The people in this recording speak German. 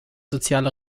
soziale